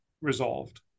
resolved